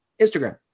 Instagram